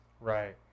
Right